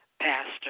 Pastor